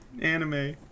anime